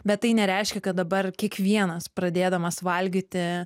bet tai nereiškia kad dabar kiekvienas pradėdamas valgyti